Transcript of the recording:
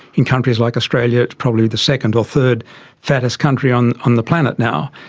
in countries like australia it's probably the second or third fattest country on on the planet now.